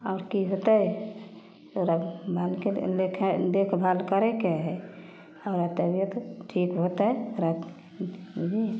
आओर कि होतै ओकरा मालकिन लेखे देखभाल करैके हइ हमरा तबिअत ठीक होतै